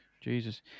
Jesus